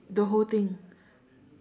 the whole thing